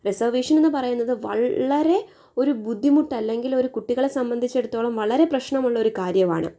reservation എന്ന് പറയുന്നത് വളരെ ഒരു ബുദ്ധിമുട്ട് അല്ലെങ്കിൽ ഒരു കുട്ടികളെ സംബന്ധിച്ചിടത്തോളം വളരെ പ്രശ്നമുള്ള ഒരു കാര്യവാണ്